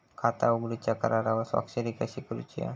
खाता उघडूच्या करारावर स्वाक्षरी कशी करूची हा?